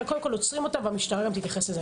עוצרים אותם, המשטרה תתייחס לזה.